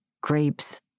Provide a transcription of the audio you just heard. grapes